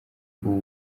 ubu